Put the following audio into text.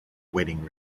wedding